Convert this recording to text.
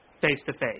face-to-face